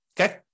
okay